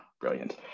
Brilliant